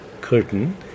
curtain